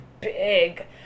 big